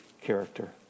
character